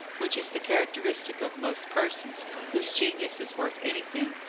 which is the characteristic of most persons whose genius is worth anything,